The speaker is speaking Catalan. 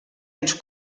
ens